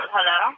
Hello